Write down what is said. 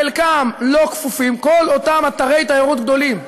חלקם לא כפופים, כל אותם אתרי תיירות גדולים,